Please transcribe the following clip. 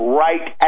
right